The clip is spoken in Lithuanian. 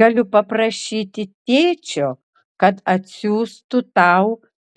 galiu paprašyti tėčio kad atsiųstų tau